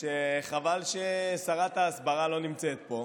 שחבל ששרת ההסברה לא נמצאת פה,